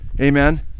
amen